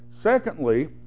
Secondly